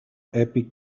epic